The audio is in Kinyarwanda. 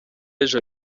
ejo